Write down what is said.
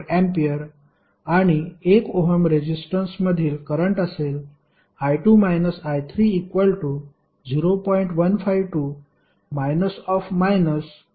44A आणि 1 ohm रेजिस्टन्समधील current असेल I2 I3 0